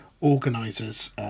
Organisers